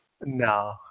No